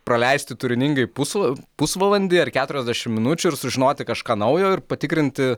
praleisti turiningai pusva pusvalandį ar keturiasdešim minučių ir sužinoti kažką naujo ir patikrinti